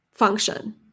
function